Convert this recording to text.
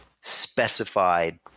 specified